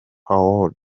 howard